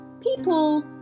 people